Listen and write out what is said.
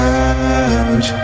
out